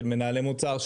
של מנהלי מוצר,